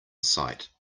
sight